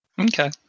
Okay